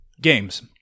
games